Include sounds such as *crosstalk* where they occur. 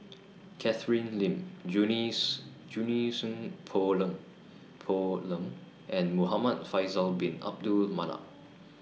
Catherine Lim Junie *unintelligible* Junie Sng Poh Leng Poh Leng and Muhamad Faisal Bin Abdul Manap